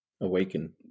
Awaken